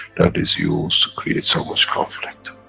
that is used to create so much conflict,